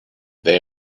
they